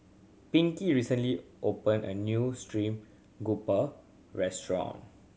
Pinkie recently opened a new stream grouper restaurant